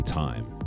time